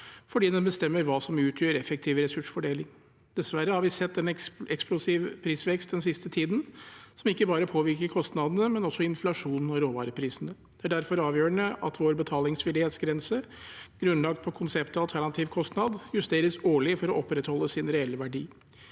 fordi den bestemmer hva som utgjør effektiv ressursfordeling. Dessverre har vi sett en eksplosiv prisvekst den siste tiden, noe som ikke bare påvirker kostnadene, men også inflasjonen og råvareprisene. Det er derfor avgjørende at vår betalingsvillighetsgrense, grunnlagt på konseptet alternativkostnad, justeres årlig for å opprettholde sin reelle verdi.